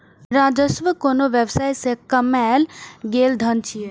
राजस्व कोनो व्यवसाय सं कमायल गेल धन छियै